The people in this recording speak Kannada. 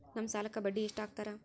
ನಮ್ ಸಾಲಕ್ ಬಡ್ಡಿ ಎಷ್ಟು ಹಾಕ್ತಾರ?